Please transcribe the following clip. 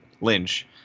Lynch